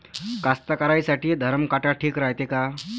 कास्तकाराइसाठी धरम काटा ठीक रायते का?